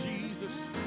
Jesus